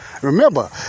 Remember